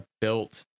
built